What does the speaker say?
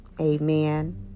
Amen